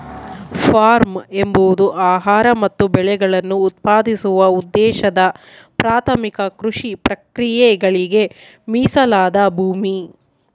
form ಎಂಬುದು ಆಹಾರ ಮತ್ತು ಬೆಳೆಗಳನ್ನು ಉತ್ಪಾದಿಸುವ ಉದ್ದೇಶದ ಪ್ರಾಥಮಿಕ ಕೃಷಿ ಪ್ರಕ್ರಿಯೆಗಳಿಗೆ ಮೀಸಲಾದ ಭೂಮಿ